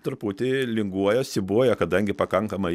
truputį linguoja siūbuoja kadangi pakankamai